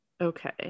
Okay